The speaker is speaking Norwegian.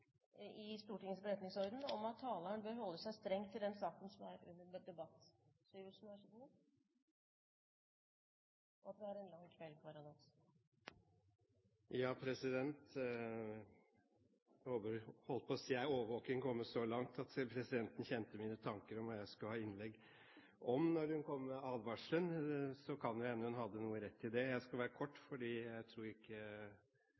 Stortingets forretningsorden, om at «taleren bør holde seg strengt til den saken som er under debatt», og at vi har en lang kveld foran oss. Jeg holdt på å si: Er overvåkingen kommet så langt at selv presidenten kjente mine tanker om hva jeg skulle ha innlegg om? Da hun kom med advarselen, kan det jo hende at hun hadde noe rett i det. Jeg skal være kort, for jeg tror ikke